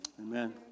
Amen